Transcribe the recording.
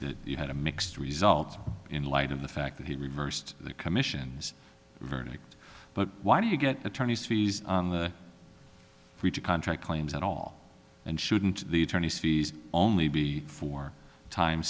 that you had a mixed result in light of the fact that he reversed the commission's verdict but why do you get attorneys fees contract claims at all and shouldn't the attorney's fees only be for time